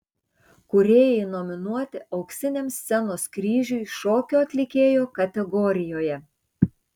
kūrėjai nominuoti auksiniam scenos kryžiui šokio atlikėjo kategorijoje